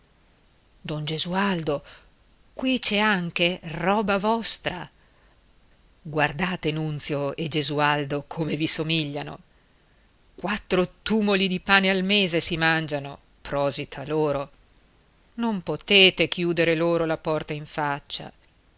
don gesualdo qui c'è anche roba vostra guardate nunzio e gesualdo come vi somigliano quattro tumoli di pane al mese si mangiano prosit a loro non potete chiudere loro la porta in faccia